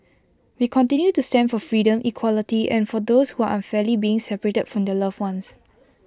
we continue to stand for freedom equality and for those who are unfairly being separated from their loved ones